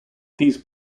these